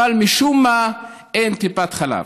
אבל משום מה אין טיפת חלב.